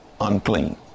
unclean